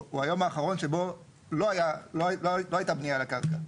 הוא היום האחרון שבו לא הייתה בנייה על הקרקע.